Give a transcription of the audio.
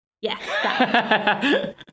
Yes